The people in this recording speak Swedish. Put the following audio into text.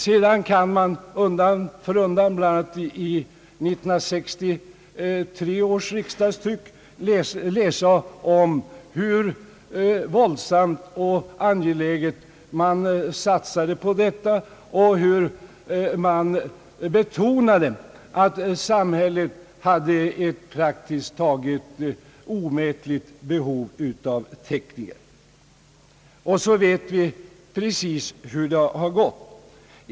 Sedan kan man undan för undan, bl.a. i 1963 års riksdagstryck, läsa om hur våldsamt man satsade på denna utbildning och hur man betonade att samhället hade ett praktiskt taget omätligt behov av tekniker. Och så vet vi precis hur det har gått.